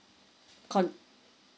con~